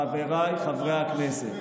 חבריי חברי הכנסת,